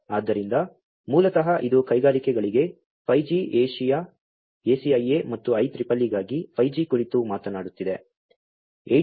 ಆದ್ದರಿಂದ ಮೂಲತಃ ಇದು ಕೈಗಾರಿಕೆಗಳಿಗೆ 5G ACIA ಮತ್ತು IEEE ಗಾಗಿ 5G ಕುರಿತು ಮಾತನಾಡುತ್ತಿದೆ 802